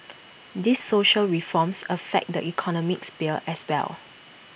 these social reforms affect the economic sphere as well